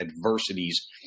adversities